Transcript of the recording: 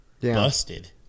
busted